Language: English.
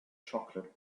chocolate